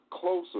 Closer